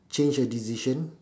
change your decision